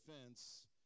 defense